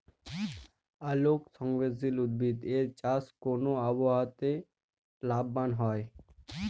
আলোক সংবেদশীল উদ্ভিদ এর চাষ কোন আবহাওয়াতে লাভবান হয়?